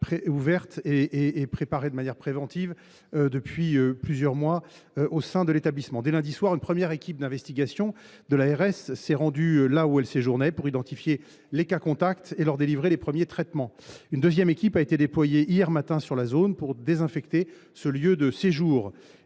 ouverte de manière préventive depuis plusieurs mois au sein de l’établissement. Dès lundi soir, une première équipe d’investigation de l’ARS s’est rendue là où séjournait la patiente, pour identifier les cas contacts et leur délivrer les premiers traitements. Une deuxième équipe a été déployée hier matin sur la zone pour désinfecter ce lieu de séjour.